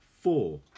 Four